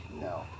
No